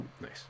Nice